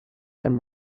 and